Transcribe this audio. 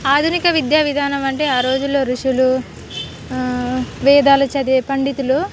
ఆధునిక విద్యా విధానం అంటే ఆ రోజుల్లో ఋషులు వేదాలు చదివే పండితులు